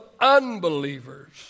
unbelievers